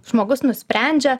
žmogus nusprendžia